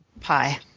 Pie